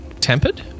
tempered